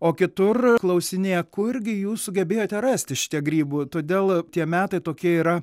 o kitur klausinėja kurgi jūs sugebėjote rasti šitiek grybų todėl tie metai tokie yra